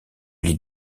lie